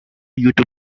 youtube